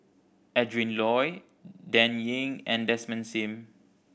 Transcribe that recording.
Adrin Loi Dan Ying and Desmond Sim